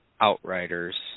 Outriders